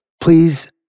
please